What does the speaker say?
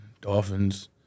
dolphins